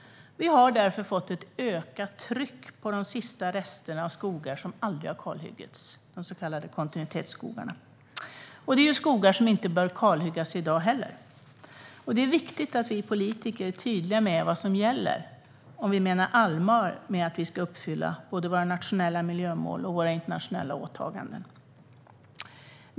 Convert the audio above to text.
Vi har därför fått ett ökat tryck på de sista resterna av skogar som aldrig kalhuggits, de så kallade kontinuitetsskogarna. Det är skogar som inte bör kalhuggas i dag heller. Det är viktigt att vi politiker är tydliga med vad som gäller om vi menar allvar med att vi ska uppfylla både våra nationella miljömål och våra internationella åtaganden.